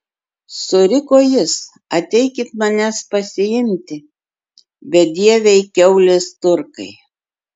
suriko jis ateikit manęs pasiimti bedieviai kiaulės turkai